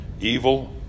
evil